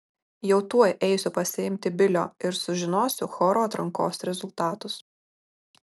jau tuoj eisiu pasiimti bilio ir sužinosiu choro atrankos rezultatus